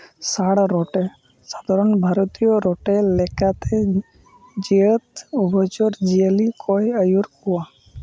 ᱥᱟᱬ ᱨᱚᱴᱮ ᱥᱟᱫᱷᱟᱨᱚᱱ ᱵᱷᱟᱨᱚᱛᱤᱭᱚ ᱨᱚᱴᱮ ᱞᱮᱠᱟᱛᱮ ᱡᱟᱹᱛ ᱩᱵᱷᱚᱭᱪᱚᱨ ᱡᱤᱭᱟᱹᱞᱤ ᱠᱚᱭ ᱟᱹᱭᱩᱨ ᱠᱚᱣᱟ